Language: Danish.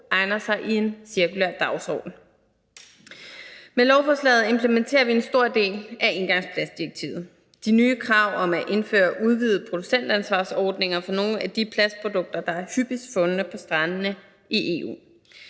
egner sig i en cirkulær dagsorden. Med lovforslaget implementerer vi en stor del af engangsplastdirektivet – de nye krav om at indføre udvidede producentansvarsordninger for nogle af de plastprodukter, der er hyppigst fundne på strandene, i EU.